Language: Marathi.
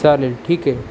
चालेल ठीक आहे